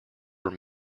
were